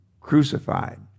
crucified